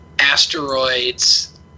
Asteroids